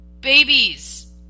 babies